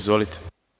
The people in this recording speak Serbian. Izvolite.